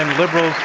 ah liberals